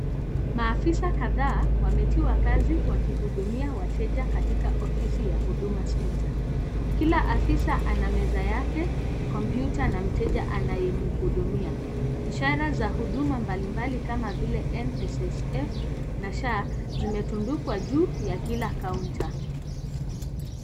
Maafisa kadhaa, wametiwa kazi wakihudumia wateja katika ofisi ya Huduma Centre. Kila afisa ana meza yake, kompyuta na mteja anayemuhudumia. Ishara za huduma mbalimbali kama vile NSSF na SHA, zimetundikwa juu ya kila kaunta.